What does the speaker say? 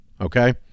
okay